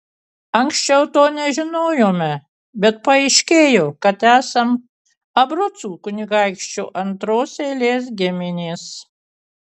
anksčiau to nežinojome bet paaiškėjo kad esam abrucų kunigaikščio antros eilės giminės